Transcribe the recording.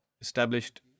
established